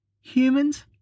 Humans